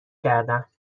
کردم